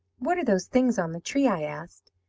what are those things on the tree i asked.